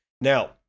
Now